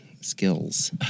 skills